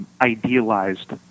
idealized